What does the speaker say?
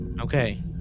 Okay